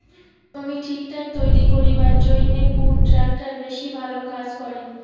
জমি ঠিকঠাক তৈরি করিবার জইন্যে কুন ট্রাক্টর বেশি ভালো কাজ করে?